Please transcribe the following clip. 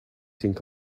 think